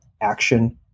action